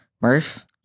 Murph